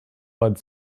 bud